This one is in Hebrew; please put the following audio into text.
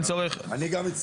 אני גם מצטרף.